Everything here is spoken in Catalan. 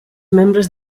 membres